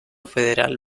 federal